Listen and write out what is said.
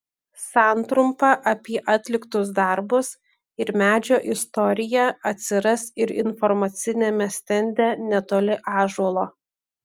santrumpa apie atliktus darbus ir medžio istoriją atsiras ir informaciniame stende netoli ąžuolo